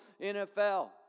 NFL